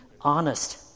honest